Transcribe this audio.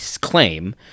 claim